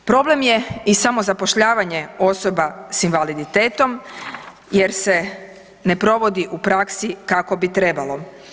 Problem je i samozapošljavanja osoba s invaliditetom, jer se ne provodi u praksi kako bi trebalo.